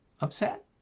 upset